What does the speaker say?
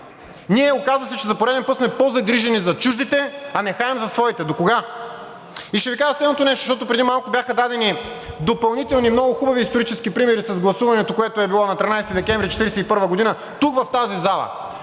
Ние, оказа се, че за пореден път сме по-загрижени за чуждите, а нехаем за своите. Докога? И ще Ви кажа следното нещо, защото преди малко бяха дадени допълнителни много хубави исторически примери с гласуването, което е било на 13 декември 1941 г. тук в тази зала.